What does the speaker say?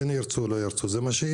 כן ירצו, לא ירצו, זה מה שיהיה.